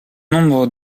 nombre